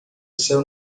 céu